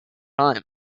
time